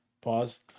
Pause